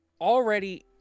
already